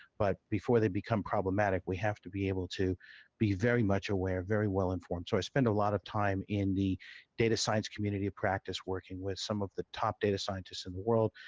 but, before they become problematic, we have to be able to be very much aware, very well informed. so i spend a lot of time in the data science community of practice working with some of the top data scientists in the world,